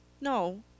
No